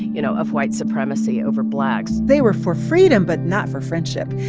you know, of white supremacy over blacks they were for freedom but not for friendship.